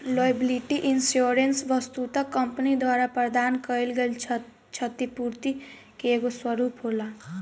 liability insurance वस्तुतः company द्वारा प्रदान कईल गईल छतिपूर्ति के एगो स्वरूप होला